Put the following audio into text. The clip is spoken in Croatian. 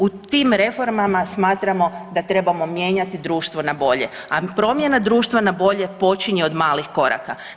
U tim reformama smatramo da trebamo mijenjati društvo na bolje, a promjena društva na bolje počinje od malih koraka.